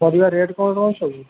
ପରିବା ରେଟ୍ କ'ଣ କ'ଣ ଅଛି ସବୁ